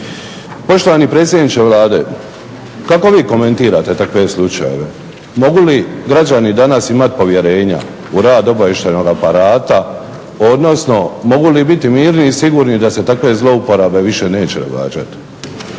Poštovani predsjedniče Vlade kako vi komentirate takve slučajeve? Mogu li građani danas imati povjerenja u rad obavještajnog aparata, odnosno mogu li biti mirni i sigurni da se takve zlouporabe više neće događati?